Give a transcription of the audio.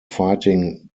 fighting